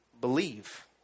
believe